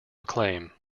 acclaim